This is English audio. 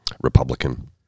Republican